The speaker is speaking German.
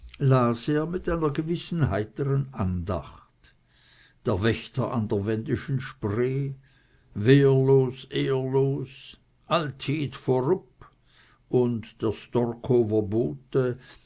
mit einer gewissen heiteren andacht der wächter an der wendischen spree wehrlos ehrlos alltied vorupp und der storkower bote